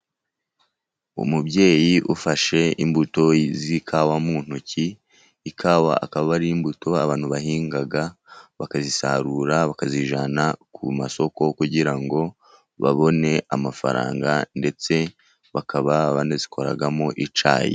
Umubyeyi ufashe imbuto z'ikawa mu ntoki. Ikawa akaba ari imbuto abantu bahinga, bakazisarura, bakazijyana ku masoko kugira ngo babone amafaranga, ndetse bakaba banazikoramo icyayi.